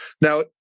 Now